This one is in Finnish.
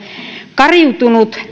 kariutunut